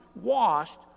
washed